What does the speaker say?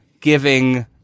giving